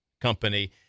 company